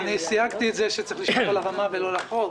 סייגתי את זה ואמרתי שצריך לשמור על הרמה ולא לחרוג,